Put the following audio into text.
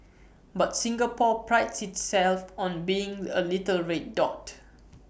but Singapore prides itself on being A little red dot